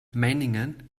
meiningen